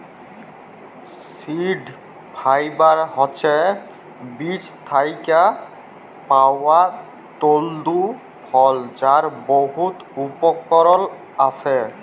seed fibre হছে বীজ থ্যাইকে পাউয়া তল্তু ফল যার বহুত উপকরল আসে